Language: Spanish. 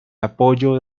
apoyo